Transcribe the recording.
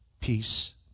peace